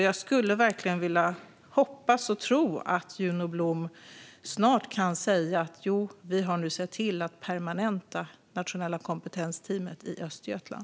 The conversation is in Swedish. Jag vill hoppas och tro att Juno Blom snart kan säga: Jo, vi har nu sett till att permanenta det nationella kompetensteamet i Östergötland.